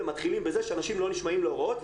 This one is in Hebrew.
ומתחילים בזה שאנשים לא נשמעים להוראות,